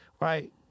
right